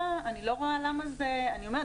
אני אומרת,